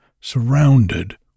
surrounded